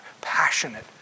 passionate